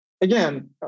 Again